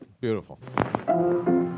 Beautiful